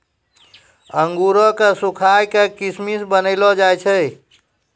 अंगूरो क सुखाय क किशमिश बनैलो जाय छै